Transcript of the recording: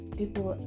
people